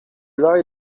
lie